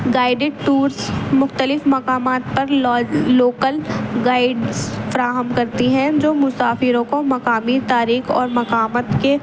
guided tours مختلف مقامات پر لوکل گائڈس فراہم کرتی ہیں جو مسافروں کو مقامی تاریخ اور مقامات کے